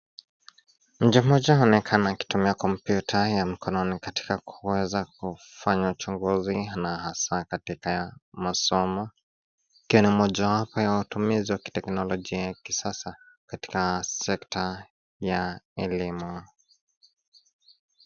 Mtu mmoja anaonekana akitumia kompyuta ya mkononi katika kuweza kufanya uchunguzi na hasaa, katika masomo. Kuna mojawapo ya watumizi ya kiteknolojia ya kisasa katika sekta ya elimu.